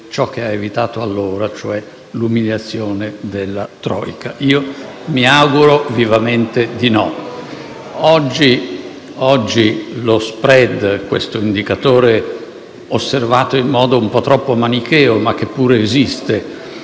ciò che ha evitato allora, cioè l'umiliazione della *troika*. *(Commenti dal Gruppo M5S).* Io mi auguro vivamente di no. Oggi lo *spread*, questo indicatore osservato in modo un po' troppo manicheo, ma che pure esiste,